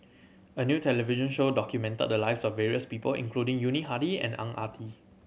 a new television show documented the lives of various people including Yuni Hadi and Ang Ah Tee